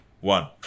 One